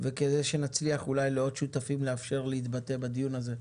כדי שנצליח אולי לאפשר לעוד שותפים להתבטא בדיון הזה.